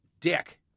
dick